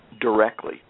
directly